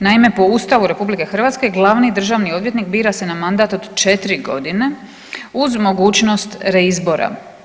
Naime, po Ustavu RH glavni državni odvjetnik bira se na mandat od 4.g. uz mogućnost reizbora.